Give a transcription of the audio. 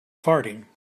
farting